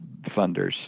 funders